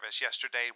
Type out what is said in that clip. yesterday